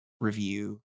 review